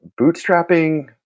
bootstrapping